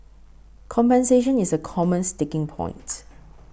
compensation is a common sticking point